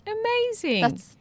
Amazing